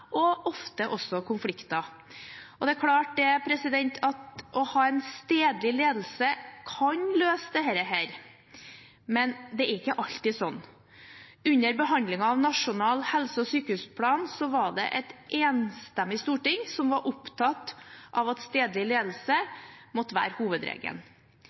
og ofte også konflikter. Det er klart at å ha en stedlig ledelse kan løse dette, men det er ikke alltid slik. Under behandlingen av Nasjonal helse- og sykehusplan var det et enstemmig storting som var opptatt av at stedlig ledelse måtte være hovedregelen.